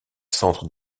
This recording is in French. centre